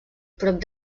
prop